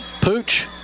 Pooch